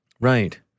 Right